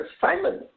Simon